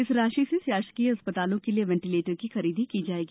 इस राशि से शासकीय अस्पतालों के लिए वेण्टिलेटर की खरीदी की जायेगी